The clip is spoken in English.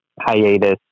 hiatus